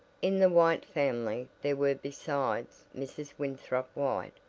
in the white family there were besides mrs. winthrop white,